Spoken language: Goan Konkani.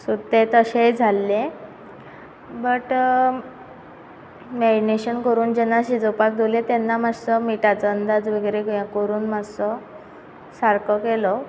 सो तें तशेंय जाल्लें बट मेरिनेशन करून शिजोवपाक दवरलें तेन्ना मातसो मीठाचो अंदाज वगेरे हें करून मातसो सारको केलो